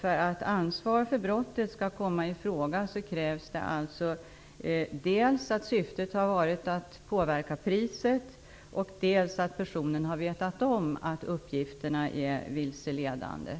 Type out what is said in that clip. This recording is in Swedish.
För att ansvar för brottet skall komma i fråga krävs det alltså dels att syftet har varit att påverka priset, dels att personen har vetat om att uppgifterna är vilseledande.